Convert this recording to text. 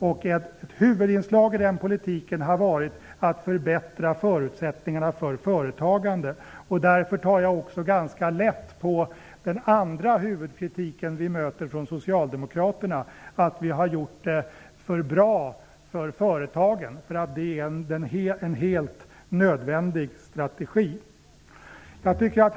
Ett huvudinslag i den politiken har varit att förbättra förutsättningarna för företagandet. Därför tar jag också ganska lätt på den andra huvudkritiken vi möter från Socialdemokraterna, nämligen att företagen har fått det för bra. Det är en helt nödvändig strategi.